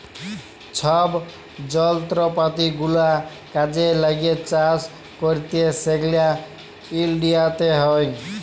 ছব যলত্রপাতি গুলা কাজে ল্যাগে চাষ ক্যইরতে সেগলা ইলডিয়াতে হ্যয়